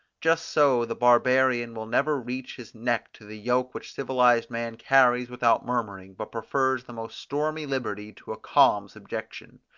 just so the barbarian will never reach his neck to the yoke which civilized man carries without murmuring but prefers the most stormy liberty to a calm subjection.